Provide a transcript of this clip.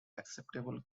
acceptable